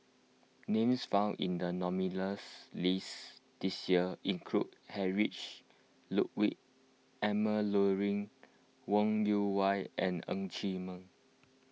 names found in the nominees' list this year include Heinrich Ludwig Emil Luering Wong Yoon Wah and Ng Chee Meng